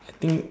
I think